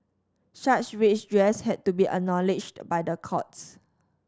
such redress had to be acknowledged by the courts